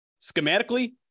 schematically